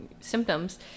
symptoms